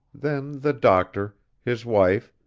then the doctor, his wife,